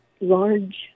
large